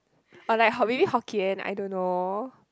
but like really Hokkien I don't know